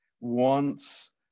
wants